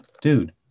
Dude